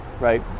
right